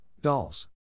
dolls